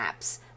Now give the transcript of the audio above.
apps